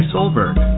Solberg